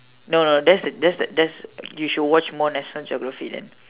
no no that's the that's the that's you should watch more national geography then